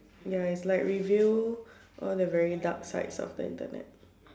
ya it's like reveal all the very dark sides of the Internet